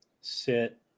sit